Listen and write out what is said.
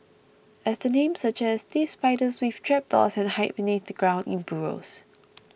as their name suggests these spiders weave trapdoors and hide beneath the ground in burrows